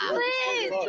Please